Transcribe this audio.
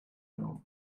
out